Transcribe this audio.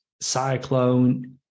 cyclone